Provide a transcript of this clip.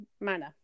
manner